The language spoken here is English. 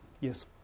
Yes